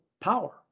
power